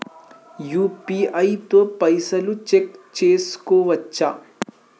UPI తో పైసల్ check చేసుకోవచ్చా?